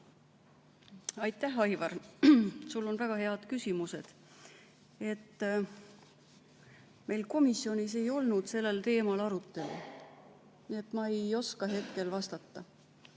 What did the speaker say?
Aitäh, Aivar! Sul on väga head küsimused. Meil komisjonis ei olnud sellel teemal arutelu. Nii et ma ei oska hetkel vastata.